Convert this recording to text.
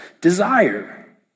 desire